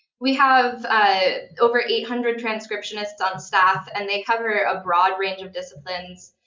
we have over eight hundred transcriptionists on staff, and they cover a broad range of disciplines.